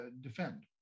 defend